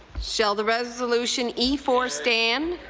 shall the resolution e four stand?